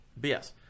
BS